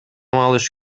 алыш